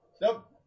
Nope